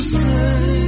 say